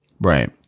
Right